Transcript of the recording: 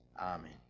Amen